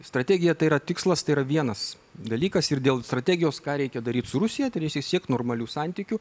strategija tai yra tikslas tai yra vienas dalykas ir dėl strategijos ką reikia daryt su rusija tai reikia siekt normalių santykių